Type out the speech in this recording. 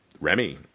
Remy